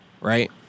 Right